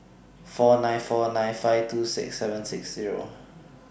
four nine four nine five two six seven six Zero